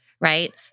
right